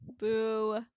boo